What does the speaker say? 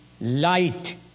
light